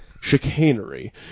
Chicanery